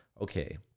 okay